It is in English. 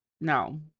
no